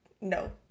No